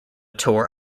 tour